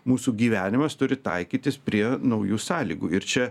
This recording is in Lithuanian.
mūsų gyvenimas turi taikytis prie naujų sąlygų ir čia